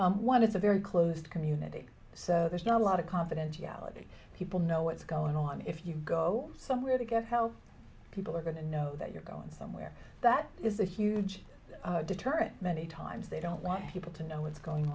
different one it's a very closed community so there's not a lot of confidentiality people know what's going on if you go somewhere to go how people are going to know that you're going somewhere that is a huge deterrent many times they don't want people to know what's going